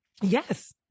Yes